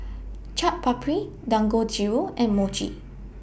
Chaat Papri Dangojiru and Mochi